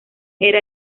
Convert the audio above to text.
era